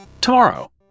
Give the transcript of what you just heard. tomorrow